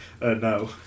no